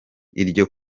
iryo